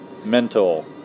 mental